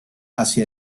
hacia